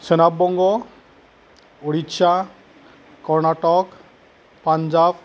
सोनाब बंग ओडिशा कर्नाटक पान्जाब